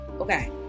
Okay